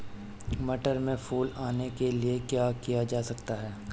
मटर में फूल आने के लिए क्या किया जा सकता है?